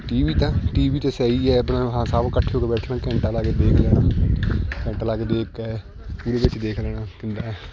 T V ਤਾ T V ਅਤੇ ਸਹੀ ਹੈ ਆਪਣਾ ਹਰ ਸਭ ਇਕੱਠੇ ਹੋ ਕੇ ਬੈਠਣਾ ਘੰਟਾ ਲਾ ਕੇ ਦੇਖ ਲੈਣਾ ਘੰਟਾ ਲਾ ਕੇ ਦੇਖ ਕੇ ਉਹਦੇ ਵਿੱਚ ਦੇਖ ਲੈਣਾ ਕਿੱਦਾਂ